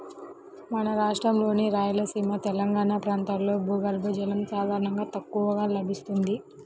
మన రాష్ట్రంలోని రాయలసీమ, తెలంగాణా ప్రాంతాల్లో భూగర్భ జలం సాధారణంగా తక్కువగా లభిస్తుంది